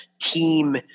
team